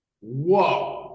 Whoa